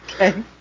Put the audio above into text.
Okay